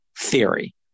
Theory